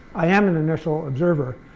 i am an inertial observer.